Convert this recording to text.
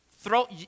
throw